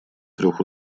трех